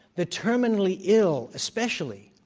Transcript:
the terminally ill, especially,